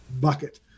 bucket